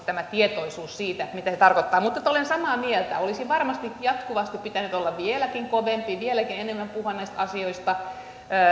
tämä tietoisuus siitä mitä se tarkoittaa on ehkä vahvistunut mutta että olen samaa mieltä olisi varmasti jatkuvasti pitänyt olla vieläkin kovempi ja vieläkin enemmän puhua näistä asioista